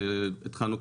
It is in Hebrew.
התחלנו,